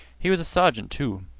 he was a sergeant, too.